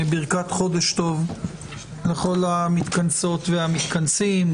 ברכת חודש טוב לכל המתכנסות והמתכנסים,